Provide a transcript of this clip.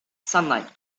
sunlight